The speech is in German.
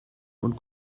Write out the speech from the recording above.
und